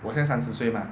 我现在三十岁 mah